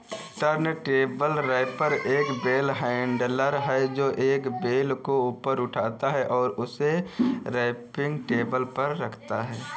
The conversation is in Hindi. टर्नटेबल रैपर एक बेल हैंडलर है, जो एक बेल को ऊपर उठाता है और उसे रैपिंग टेबल पर रखता है